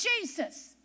Jesus